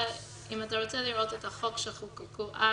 ואם אתה רוצה לראות את החוק שחוקקו אז,